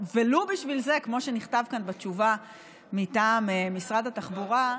וכמו שנכתב כאן בתשובה מטעם משרד התחבורה,